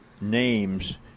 names